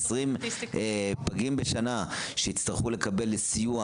20 פגים בשנה שיצטרכו לקבל סיוע,